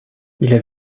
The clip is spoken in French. avait